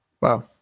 wow